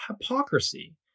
hypocrisy